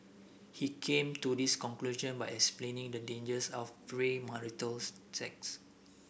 he came to this conclusion by explaining the dangers of premarital sex